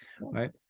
right